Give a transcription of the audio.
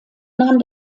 nahm